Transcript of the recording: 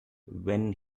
when